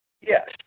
Yes